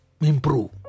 improve